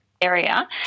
area